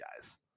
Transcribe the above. guys